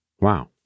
wow